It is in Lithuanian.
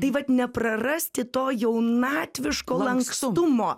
tai vat neprarasti to jaunatviško lankstumo